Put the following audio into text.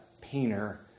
painter